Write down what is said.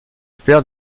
père